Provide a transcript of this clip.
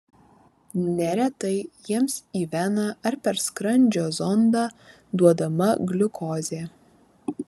neretai jiems į veną ar per skrandžio zondą duodama gliukozė